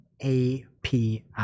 API